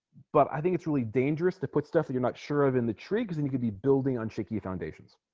but i think it's really dangerous to put stuff that you're not sure of in the triggs and you could be building on shaky foundations